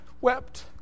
wept